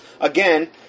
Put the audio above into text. Again